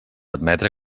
admetre